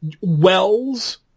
Wells